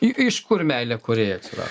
iš kur meilėkorėjai atsirado